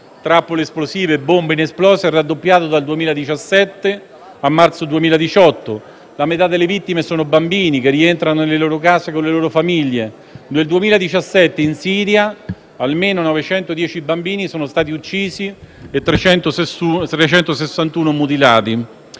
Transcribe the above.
trappole esplosive e bombe inesplose è raddoppiato dal 2017 a marzo 2018. La metà delle vittime sono bambini che rientrano nelle loro case con le loro famiglie. Nel 2017 in Siria almeno 910 bambini sono stati uccisi e 361 mutilati.